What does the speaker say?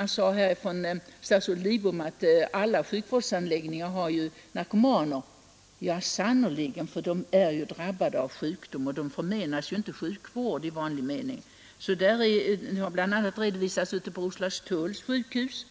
Statsrådet Lidbom sade att alla sjukvårdsanläggningar har narkomaner. Ja, sannerligen, för de drabbas ju av sjukdomar och de förmenas inte sjukvård i vanlig mening. På Roslagstulls sjukhus